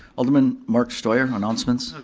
alderman mark steuer, announcements?